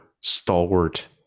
stalwart